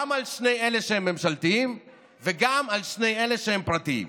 גם על שני אלה שהם ממשלתיים וגם על שני אלה שהם פרטיים.